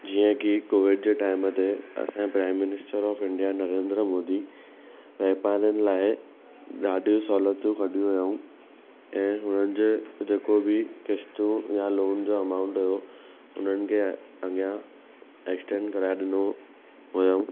जीअं की कोविड जे टाइम ते असांजे prime minister of India Narendra Modi वापारियुनि लाइ ॾाढी सहुलतियूं कढी हुयूं ऐं हुननि जे जेको बि किश्तियूं या लॉन जो अमाउंट हुओ हुननि खे अॻियां एक्स्टेंड कराए ॾिनो हुयूं